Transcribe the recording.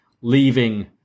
leaving